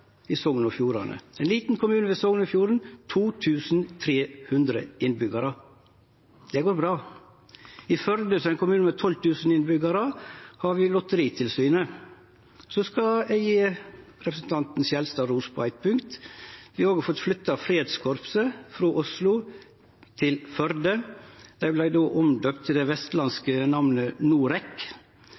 i Sogn og Fjordane, ein liten kommune ved Sognefjorden med 2 300 innbyggjarar. Det går bra. I Førde, som er ein kommune med 12 000 innbyggjarar, har vi Lotteritilsynet. Eg skal gje representanten Skjelstad ros på eitt punkt. Ein har òg fått flytta Fredskorpset frå Oslo til Førde. Dei vart då døypt om til det vestlandske namnet